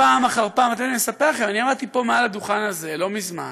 אני אספר לכם: עמדתי פה מעל הדוכן הזה לא מזמן